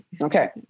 Okay